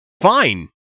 fine